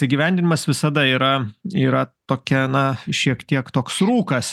įgyvendinimas visada yra yra tokia na šiek tiek toks rūkas